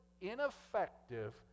ineffective